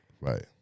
Right